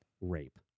rape